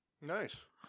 Nice